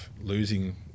losing